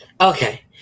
Okay